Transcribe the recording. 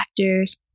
factors